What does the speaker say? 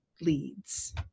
leads